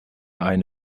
ein